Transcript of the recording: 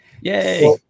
Yay